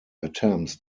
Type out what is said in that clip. attempts